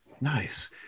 nice